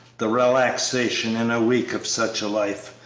the relaxation, in a week of such a life!